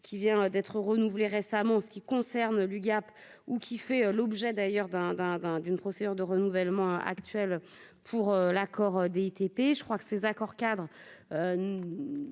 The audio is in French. qui vient d'être renouvelé récemment en ce qui concerne l'UGAP ou qui fait l'objet d'ailleurs d'un d'un d'un d'une procédure de renouvellement actuel pour l'accord des TP, je crois que ces accords-cadres,